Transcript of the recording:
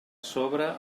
sobre